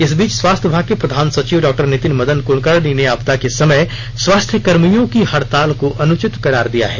इस बीच स्वास्थ्य विभाग के प्रधान सचिव डॉ नितिन मदन कुलकर्णी ने आपदा के समय स्वास्थ्यकर्मियों की हड़ताल को अनुचित करार दिया है